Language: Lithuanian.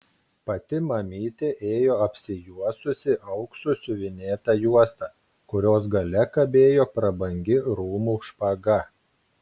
pati mamytė ėjo apsijuosusi auksu siuvinėta juosta kurios gale kabėjo prabangi rūmų špaga